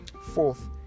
Fourth